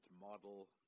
model